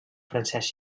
francesc